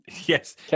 Yes